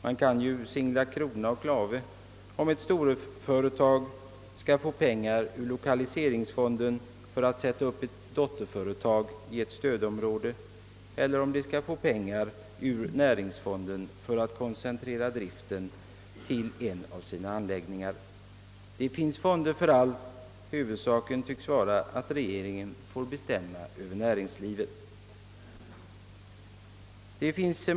Den kan ju kasta krona och klave om huruvida ett storföretag skall få pengar ur lokaliseringsfonden för att sätta upp ett dotterföretag i ett stödområde eller ur näringsfonden för att koncentrera driften till en av sina anläggningar. Det finns fonder för allt. Huvudsaken tycks vara att regeringen får bestämma över näringslivet.